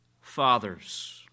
fathers